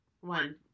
One